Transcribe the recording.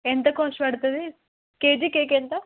ఎంత కాస్ట్ పడుతుంది KG cake ఎంత